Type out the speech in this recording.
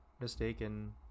mistaken